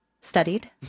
studied